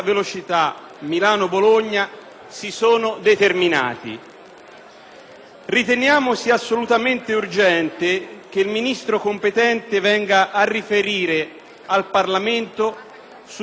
Riteniamo pertanto assolutamente urgente che il Ministro competente venga a riferire in Parlamento sullo stato di disagio ampiamente rappresentato.